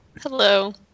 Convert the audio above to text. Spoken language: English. Hello